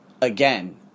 again